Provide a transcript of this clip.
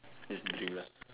just drink lah